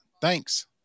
Thanks